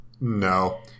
No